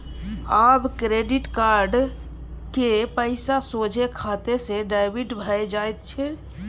आब credit card क पैसा सोझे खाते सँ डेबिट भए जाइत छै